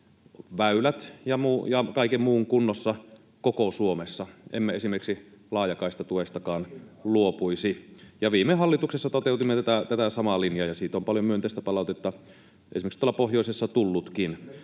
väylät ja kaiken muun kunnossa koko Suomessa. Emme esimerkiksi laajakaistatuestakaan luopuisi. Viime hallituksessa toteutimme tätä samaa linjaa, ja siitä on paljon myönteistä palautetta esimerkiksi tuolla pohjoisessa tullutkin.